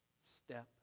step